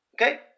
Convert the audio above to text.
Okay